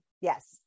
Yes